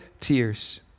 tears